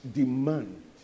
demand